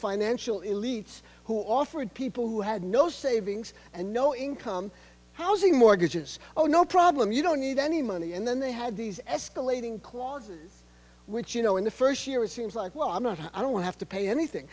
financial elites who offered people who had no savings and no income housing mortgages oh no problem you don't need any money and then they had these escalating clauses which you know in the first year it seems like well i'm not i don't have to pay anything